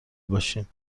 باشین